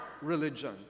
religion